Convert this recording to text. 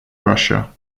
russia